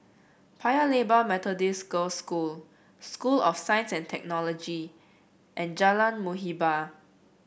Paya Lebar Methodist Girls' School School of Science and Technology and Jalan Muhibbah